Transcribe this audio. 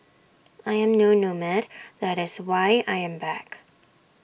I am no nomad that's why I am back